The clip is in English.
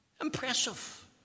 Impressive